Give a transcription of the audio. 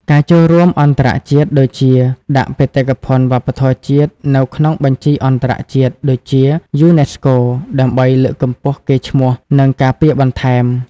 ការចូលរួមអន្តរជាតិ ដូចជាដាក់បេតិកភណ្ឌវប្បធម៌ជាតិនៅក្នុងបញ្ជីអន្តរជាតិ ដូចជា យូណេស្កូ ដើម្បីលើកកម្ពស់កេរ្តិ៍ឈ្មោះ និងការពារបន្ថែម។